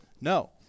no